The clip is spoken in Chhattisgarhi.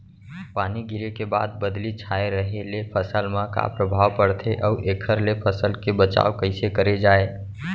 पानी गिरे के बाद बदली छाये रहे ले फसल मा का प्रभाव पड़थे अऊ एखर ले फसल के बचाव कइसे करे जाये?